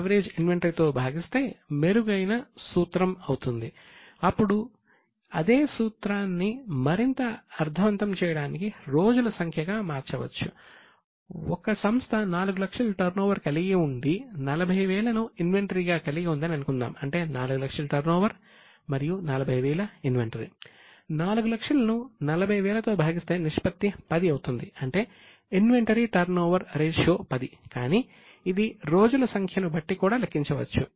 4 లక్షలను 40000 తో భాగిస్తే నిష్పత్తి 10 అవుతుంది అంటే ఇన్వెంటరీ టర్నోవర్ రేషియో 10 కానీ ఇది రోజుల సంఖ్యను బట్టి కూడా లెక్కించవచ్చు